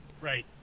right